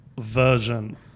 version